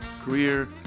career